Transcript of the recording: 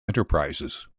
enterprises